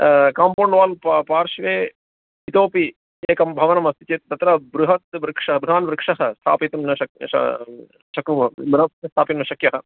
compound wall प पार्श्वे इतोपि एकं भवनमस्ति चेत् तत्र बृहत् वृक्षः बृहत् वृक्षं स्थापयितुं न श श शक्नुमह बृहत् स्थापि न शक्यः